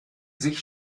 sich